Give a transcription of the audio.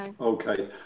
Okay